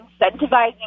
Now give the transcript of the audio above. incentivizing